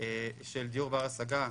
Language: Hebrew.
הממשלה,